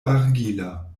argila